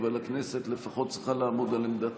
אבל הכנסת לפחות צריכה לעמוד על עמדתה,